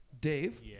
Dave